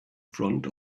front